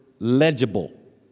Legible